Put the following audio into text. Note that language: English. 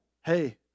hey